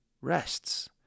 rests